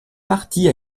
partie